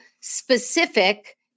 specific